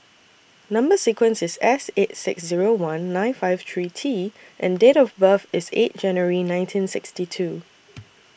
Number sequence IS S eight six Zero one nine five three T and Date of birth IS eight January nineteen sixty two